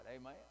Amen